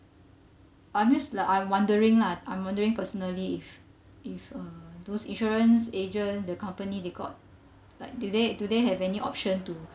I'm just like I'm wondering lah I'm wondering personally if if err those insurance agent the company they got like do they do they have any option to